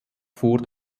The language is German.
vor